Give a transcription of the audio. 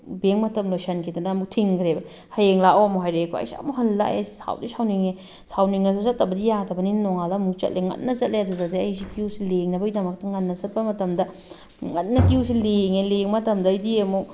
bank ꯃꯇꯝ ꯂꯣꯏꯁꯤꯟꯈꯤꯗꯅ ꯑꯃꯨꯛ ꯊꯤꯡꯈꯔꯦꯕ ꯍꯌꯦꯡ ꯂꯥꯛꯑꯣ ꯑꯃꯨꯛ ꯍꯥꯏꯔꯛꯑꯦꯀꯣ ꯑꯩꯁꯦ ꯑꯃꯨꯛ ꯍꯜꯂꯒ ꯂꯥꯛꯑꯦ ꯁꯥꯎꯗꯤ ꯁꯥꯎꯅꯤꯡꯉꯦ ꯁꯥꯎꯅꯤꯡꯉꯁꯨ ꯆꯠꯇꯕꯗꯤ ꯌꯥꯗꯕꯅꯤꯅ ꯅꯣꯡꯉꯥꯜꯂꯒ ꯑꯃꯨꯛ ꯆꯠꯂꯦ ꯉꯟꯅ ꯆꯠꯂꯦ ꯑꯗꯨꯗꯗꯤ ꯑꯩꯁꯦ ꯀ꯭ꯋꯨꯁꯦ ꯂꯦꯡꯅꯕꯒꯤ ꯗꯅꯛꯇ ꯉꯟꯅ ꯆꯠꯄ ꯃꯇꯝꯗ ꯉꯅꯅ ꯀ꯭ꯋꯨꯁꯦ ꯂꯦꯡꯉꯦ ꯂꯦꯡꯕ ꯃꯇꯝꯗꯒꯤꯗꯤ ꯑꯃꯨꯛ